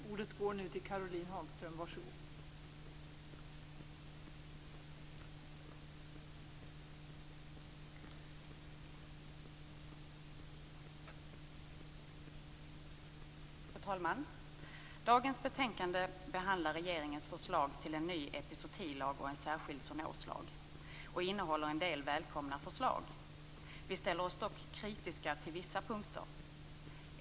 Fru talman! Dagens betänkande behandlar regeringens förslag till en ny epizootilag och en särskild zoonoslag, och det finns en del välkomna förslag. Vi ställer oss dock kritiska till vissa punkter.